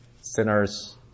sinners